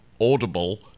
Audible